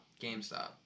GameStop